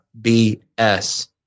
BS